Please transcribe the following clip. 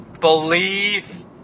believe